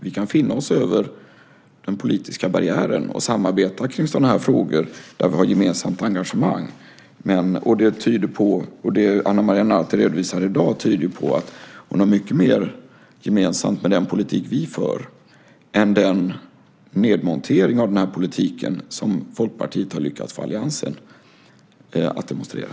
Vi kan finna varandra över den politiska barriären och samarbeta kring sådana här frågor där vi har ett gemensamt engagemang. Det Ana Maria Narti redovisar i dag tyder ju på att hon har mycket mer gemensamt med den politik vi för än med den nedmontering av denna politik som Folkpartiet har lyckats få alliansen att demonstrera.